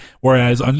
Whereas